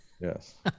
Yes